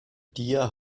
dir